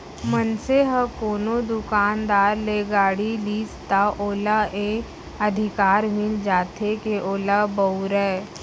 मनसे ह कोनो दुकानदार ले गाड़ी लिस त ओला ए अधिकार मिल जाथे के ओला बउरय